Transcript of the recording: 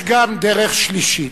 יש גם דרך שלישית.